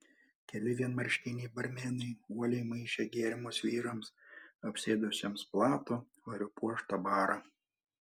keli vienmarškiniai barmenai uoliai maišė gėrimus vyrams apsėdusiems platų variu puoštą barą